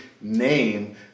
name